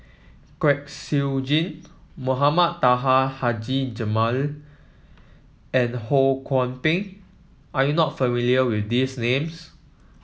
Kwek Siew Jin Mohamed Taha Haji Jamil and Ho Kwon Ping are you not familiar with these names